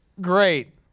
great